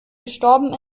gestorben